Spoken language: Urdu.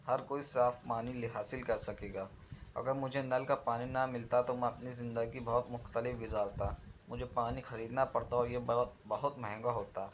ہر کوئی صاف پانی لے حاصل کر سکے گا اگر مجھے نل کا پانی نہ ملتا تو میں اپنی زندگی بہت مختلف گذارتا مجھے پانی خریدنا پڑتا اور یہ بڑا بہت مہنگا ہوتا